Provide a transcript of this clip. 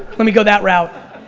let me go that route.